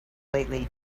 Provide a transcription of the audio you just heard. lately